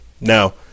Now